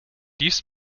liefst